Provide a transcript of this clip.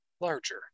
larger